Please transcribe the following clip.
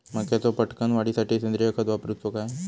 मक्याचो पटकन वाढीसाठी सेंद्रिय खत वापरूचो काय?